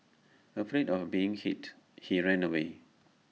afraid of being hit he ran away